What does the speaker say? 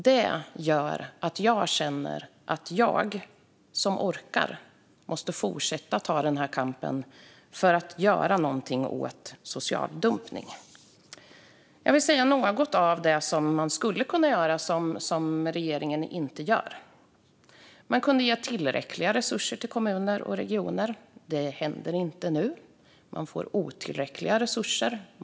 Det gör att jag känner att jag, som orkar, måste fortsätta ta kampen för att göra något åt social dumpning. Jag vill nämna något av det man skulle kunna göra men som regeringen inte gör. Man kunde ge tillräckliga resurser till kommuner och regioner. Det händer inte nu, utan de får otillräckliga resurser.